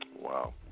Wow